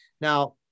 Now